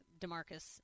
DeMarcus